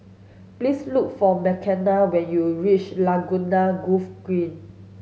please look for Makenna when you reach Laguna Golf Green